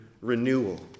renewal